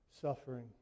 Suffering